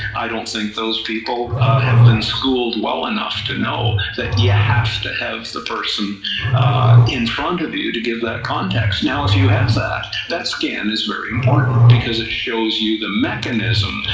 i don't think those people have been schooled well enough to know, that you have to have the person in front of you to give that context, now if you have that that scan is very important, because it shows you the mechanism,